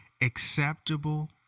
acceptable